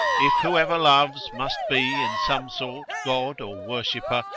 if whoever loves must be, in some sort, god or worshipper,